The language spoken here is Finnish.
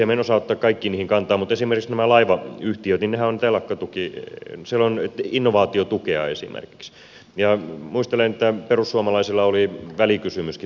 minä en osaa ottaa kaikkiin niihin kantaa mutta esimerkiksi näille laivayhtiöillehän siellä on innovaatiotukea esimerkiksi ja muistelen että perussuomalaisilla oli välikysymyskin telakkatuen lisäämisestä